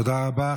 תודה רבה.